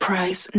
Price